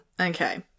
Okay